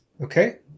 Okay